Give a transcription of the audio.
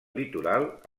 litoral